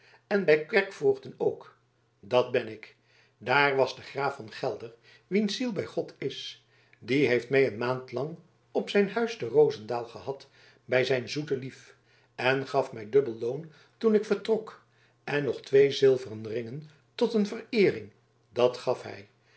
en bij kerkvoogden ook dat ben ik daar was de graaf van gelder wiens ziel bij god is die heeft mij een maand lang op zijn huis te rozendaal gehad bij zijn zoetelief en gaf mij dubbel loon toen ik vertrok en nog twee zilveren ringen tot een vereering dat gaf hij